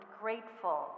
grateful